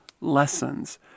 lessons